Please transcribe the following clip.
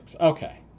Okay